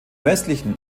westlichen